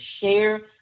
share